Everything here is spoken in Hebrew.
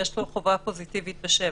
יש פה חובה פוזיטיבית ב-7,